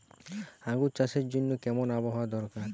আঙ্গুর চাষের জন্য কেমন আবহাওয়া দরকার?